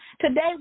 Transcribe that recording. today